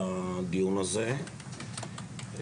לדיון הזה,